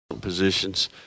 positions